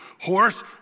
horse